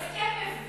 הסכם מביש,